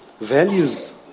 values